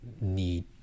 need